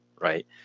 Right